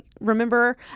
Remember